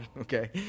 okay